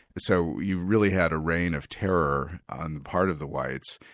so you really had a reign of terror on the part of the whites,